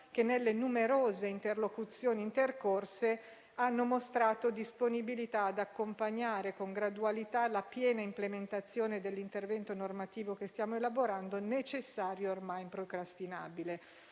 che nelle numerose interlocuzioni intercorse hanno mostrato disponibilità ad accompagnare con gradualità la piena implementazione dell'intervento normativo che stiamo elaborando, il quale è necessario e ormai improcrastinabile.